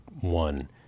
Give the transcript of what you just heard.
one